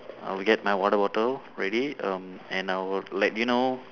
I'll get my water bottle ready um and I will let you know